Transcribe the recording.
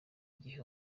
gihe